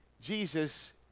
Jesus